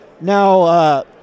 Now